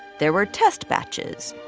there were test batches.